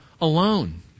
alone